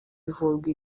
ivurwa